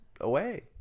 away